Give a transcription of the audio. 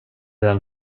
den